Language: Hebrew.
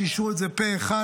שאישרו את זה פה אחד,